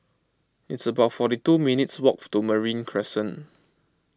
it's about forty two minutes' walk to Marine Crescent